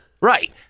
Right